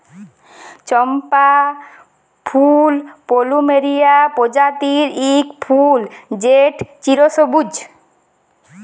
চম্পা ফুল পলুমেরিয়া প্রজাতির ইক ফুল যেট চিরসবুজ